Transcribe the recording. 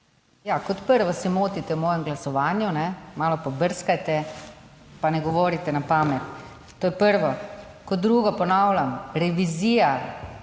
kot prvo se motite v mojem glasovanju, malo pobrskajte, pa ne govorite na pamet, to je prvo. Kot drugo. Ponavljam, revizija